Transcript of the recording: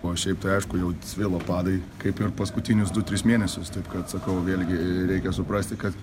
o šiaip tai aišku jau svilo padai kaip ir paskutinius du tris mėnesius taip kad sakau vėlgi reikia suprasti kad